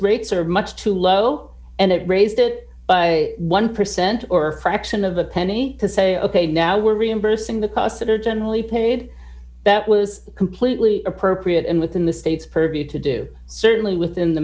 rates are much too low and it raised it by one percent or fraction of a penny to say ok now we're reimbursing the costs that are generally paid that was completely appropriate and within the states purview to do certainly within the